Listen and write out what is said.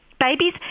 Babies